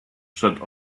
przed